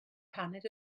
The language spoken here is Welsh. paned